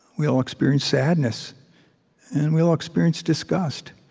we all experience sadness. and we all experience disgust.